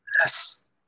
Yes